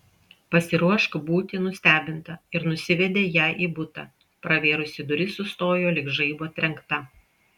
pasiruošk būti nustebinta ir nusivedė ją į butą pravėrusi duris sustojo lyg žaibo trenkta